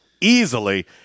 easily